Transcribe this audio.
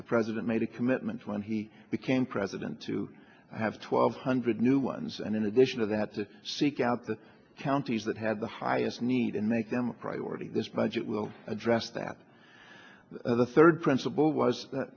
the president made a commitment when he became press event to have twelve hundred new ones and in addition to that to seek out the counties that have the highest need and make them a priority this budget will address that the third principle was